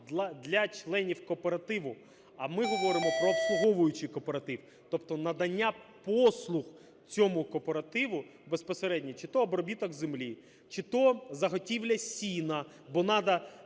для членів кооперативу. А ми говоримо про обслуговуючий кооператив, тобто надання послуг цьому кооперативу безпосередньо: чи то обробіток землі, чи то заготівля сіна, бо надо